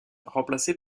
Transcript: remplacé